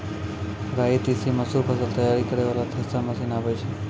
राई तीसी मसूर फसल तैयारी करै वाला थेसर मसीन आबै छै?